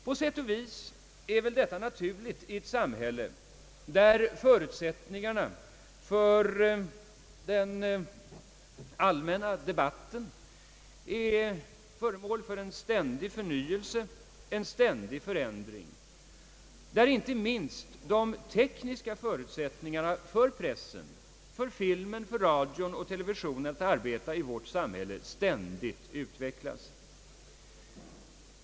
På sätt och vis är väl detta naturligt i ett samhälle där den allmänna debattens förutsättningar är underkastade en ständig förnyelse och förändring, och där inte minst de tekniska förutsättningarna för pressen, för filmen, för radio och TV att arbeta i vårt samhälle ständigt utvecklas.